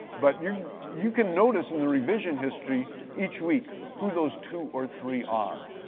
but you you can notice in the revision history each week who those two or three are.